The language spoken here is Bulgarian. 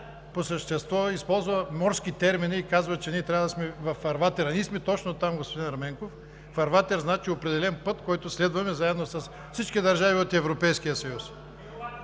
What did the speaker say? по същество. Използва морски термини и казва, че ние трябва да сме във фарватера. Ние сме точно там, господин Ерменков. Фарватер значи определен път, който следваме заедно с всички държави от Европейския съюз.